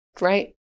Right